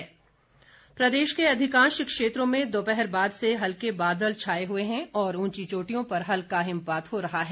मौसम प्रदेश के अधिकांश क्षेत्रों में दोपहर बाद से हल्के बादल छाए हुए हैं और उंची चोटियों पर हल्का हिमपात हो रहा है